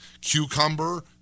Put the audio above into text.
cucumber